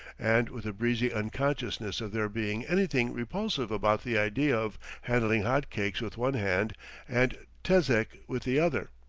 and with a breezy unconsciousness of there being anything repulsive about the idea of handling hot cakes with one hand and tezek with the other.